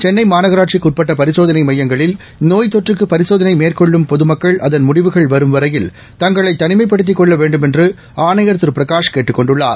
சென்னைமாநகராட்சிக்குஉட்பட்டபரிசோதனைமையங்களில் தொற்றுக்குபரிசோதனைமேற்கொள்ளும் நோய் பொதுமக்கள் அதன் முடிவுகள் வரும் வரையில் தங்களைதளிமைப்படுத்திக் கொள்ளவேண்டுமென்றுஆணையா திருபிரகாஷ் கேட்டுக் கொண்டுள்ளார்